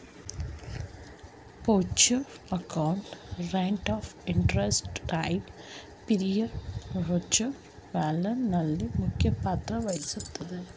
future amount, rate of interest, time period future value ನಲ್ಲಿ ಮುಖ್ಯ ಪಾತ್ರ ವಹಿಸುತ್ತದೆ